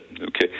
Okay